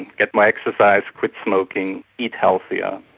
get more exercise, quit smoking, eat healthier,